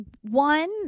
One